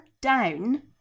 down